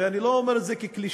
ואני לא אומר את זה כקלישאה,